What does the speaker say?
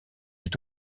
est